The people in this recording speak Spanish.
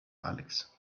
alex